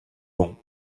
bon